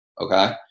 okay